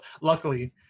luckily